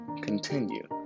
continue